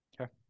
Okay